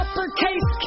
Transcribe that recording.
Uppercase